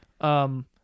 um-